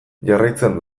jarraitzen